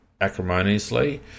acrimoniously